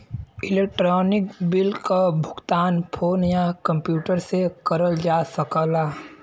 electronic bill क भुगतान phone या कम्प्यूटर से करल जा सकला